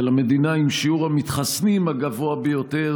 של המדינה עם שיעור המתחסנים הגבוה ביותר